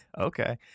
Okay